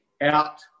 out